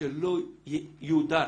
שלא יודר